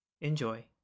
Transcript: Enjoy